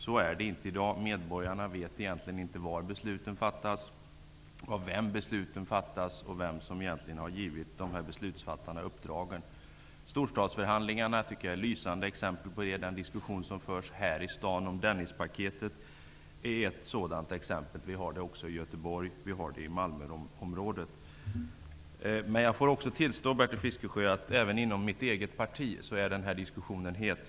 Så är det inte i dag. Medborgarna vet egentligen inte var besluten fattas, av vem besluten fattas och vem som har givit beslutsfattarna uppdragen. Storstadsförhandlingarna är ett lysande exempel på detta. Den diskussion som förs här i staden om Dennispaketet är ett sådant exempel. Vi kan också se på Göteborg och Malmö. Jag måste tillstå, Bertil Fiskesjö, att denna diskussion är het även inom mitt eget parti.